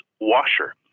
washer